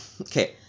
okay